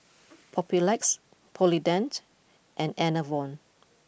Papulex Polident and Enervon